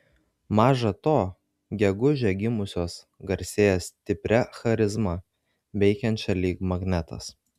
maža to gegužę gimusios garsėja stipria charizma veikiančia lyg magnetas